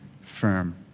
firm